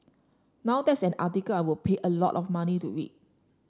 now that's an article I would pay a lot of money to read